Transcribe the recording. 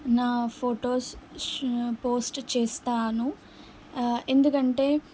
నా ఫొటోస్ షె పోస్ట్ చేస్తాను ఎందుకంటే